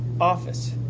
Office